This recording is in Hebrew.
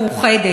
לא, אני מכבדת.